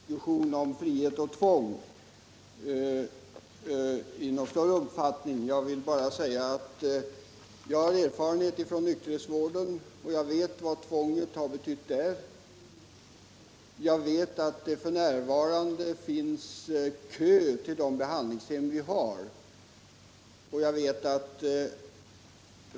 Herr talman! Jag ämnar inte ta upp någon större diskussion om frihet och tvång. Jag vill bara säga att jag har erfarenhet från nykterhetsvården, och jag vet vad tvånget har betytt där. Jag vet att det f.n. är kö till de behandlingshem vi har.